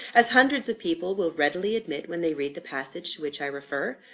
as hundreds of people will readily admit when they read the passage to which i refer?